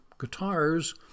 guitars